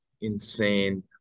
insane